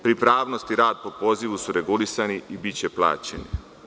Pripravnost i rad po pozivu su regulisani i biće plaćeni.